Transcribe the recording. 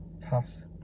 Pass